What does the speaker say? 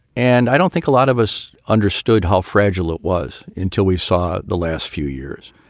and i don't think a lot of us understood how fragile it was until we saw the last few years.